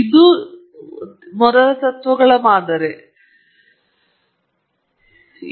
ಇದು ಇನ್ನೂ ಮೊದಲ ತತ್ವಗಳ ಮಾದರಿ ಆದರೆ ಇದು ಅಂದಾಜು ಮಾದರಿಯಾಗಿದೆ ಆದರೆ ಈಗ ಮಾದರಿ ವಿಚಲನ ವ್ಯತ್ಯಾಸಗಳೆಂದು ಕರೆಯಲ್ಪಡುವ ಪರಿಭಾಷೆಯಲ್ಲಿದೆ